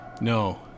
No